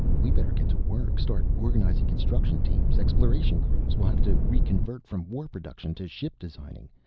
we better get to work. start organizing construction teams. exploration crews. we'll have to reconvert from war production to ship designing.